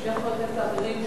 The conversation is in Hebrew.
ושני חברי הכנסת האחרים,